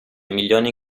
milioni